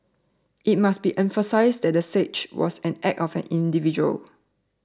it must be emphasised that the siege was an act of an individual